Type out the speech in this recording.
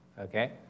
Okay